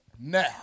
Now